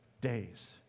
days